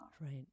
Right